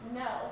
no